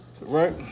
Right